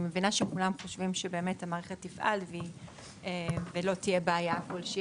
אני מבינה שכולם חשובים שבאמת המערכת תפעל ולא תהיה בעיה כלשהי.